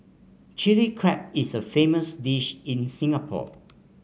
Chilli Crab is a famous dish in Singapore